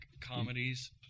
comedies